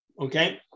Okay